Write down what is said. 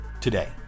today